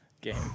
game